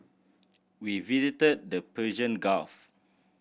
we visited the Persian Gulf